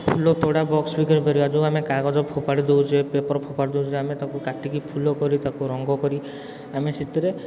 ଫୁଲତୋଡ଼ା box ବି କରିପାରିବା ଯେଉଁ ଆମେ କାଗଜ ଫୋପାଡ଼ି ଦେଉଛେ ପେପର ଫୋପାଡ଼ି ଦେଉଛେ ଆମେ ତାକୁ କାଟିକି ଫୁଲ କରିକି ତାକୁ ରଙ୍ଗ କରି ଆମେ ସେଥିରେ